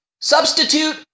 Substitute